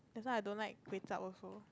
that's why I don't like kway chap also